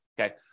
okay